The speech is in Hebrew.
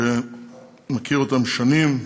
ואני מכיר אותם שנים,